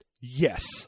yes